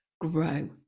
grow